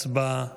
הצבעה כעת.